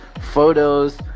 photos